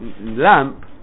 lamp